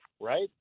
right